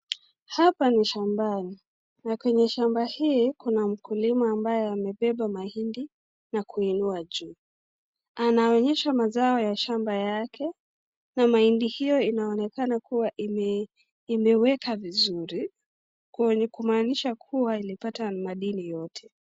Hapa ni shambani na kwenye shamba hii kuna mkulima ambaye amebeba mahindi na kuinua juu anaonyesha mazao ya shamba yake na mahindi hiyo inaonekana kuwa imeweka vizuri kumaanisha kuwa ilipata madini yote.